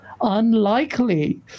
unlikely